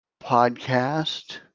Podcast